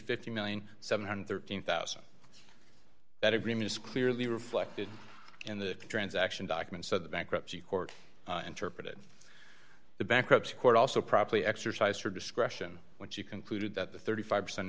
fifty million seven hundred and thirteen thousand that agreement is clearly reflected in the transaction documents so the bankruptcy court interpreted the bankruptcy court also properly exercised her discretion when she concluded that the thirty five percent